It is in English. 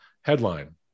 Headline